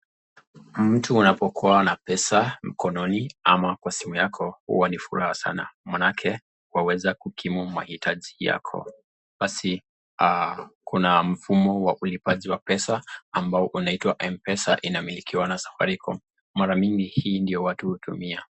Mtu unapokuwa na pesa mkononi ama kwa simu yako huwa ni furaha sana, maanake waweza kukimu mahitaji yako. Basi kuna mfumo wa ulipaji wa pesa ambao unaitwa Mpesa unamilikiwa na safaricom, mara mingi hii ndo watu hutumia.